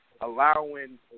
allowing